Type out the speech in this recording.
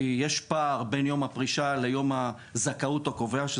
יש פער בין יום הפרישה לבין יום הזכאות הקובע שלהן,